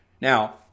Now